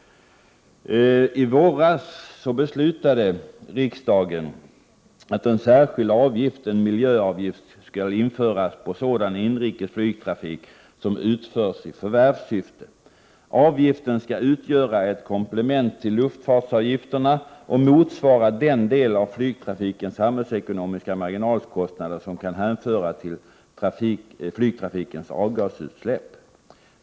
I våras beslutade riksdagen att en särskild avgift — en miljöavgift — skall införas på sådan inrikes flygtrafik som utförs i förvärvssyfte. Avgiften skall utgöra ett komplement till luftfartsavgifterna och motsvara den del av flygtrafikens samhällsekonomiska marginalkostnader som kan hänföras till flygtrafikens avgasutsläpp.